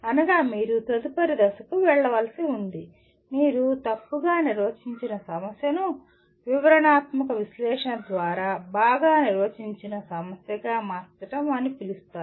అనగా మీరు తదుపరి దశకు వెళ్ళవలసి ఉంది మీరు తప్పుగా నిర్వచించిన సమస్యను వివరణాత్మక విశ్లేషణ ద్వారా బాగా నిర్వచించిన సమస్యగా మార్చడం అని పిలుస్తారు